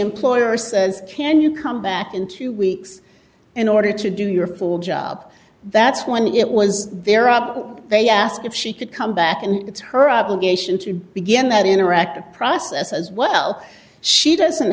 employer says can you come back in two weeks in order to do your full job that's when it was their up they asked if she could come back and it's her obligation to begin that interactive process as well she doesn't